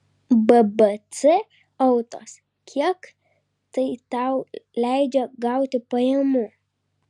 bbc autos kiek tai tau leidžia gauti pajamų